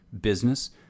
business